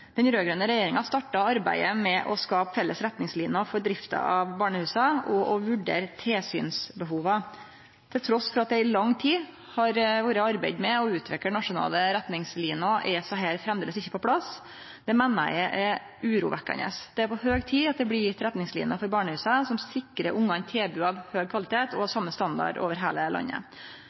Den raud-grøne regjeringa starta arbeidet med å skape felles retningsliner for drifta av barnehusa og å vurdere tilsynsbehova. Trass i at det i lang tid har vore arbeidd med å utvikle nasjonale retningsliner, er desse framleis ikkje på plass. Dette meiner eg er urovekkjande Det er på høg tid at det blir gjeve retningsliner for barnehusa som sikrar ungane tilbod av høg kvalitet og av same standard over heile landet.